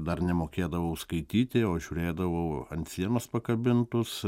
dar nemokėdavau skaityti o žiūrėdavau ant sienos pakabintus